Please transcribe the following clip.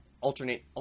alternate